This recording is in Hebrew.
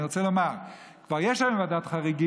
אני רוצה לומר, כבר יש היום ועדת חריגים,